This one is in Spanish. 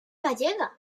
gallega